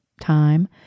time